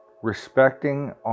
Respecting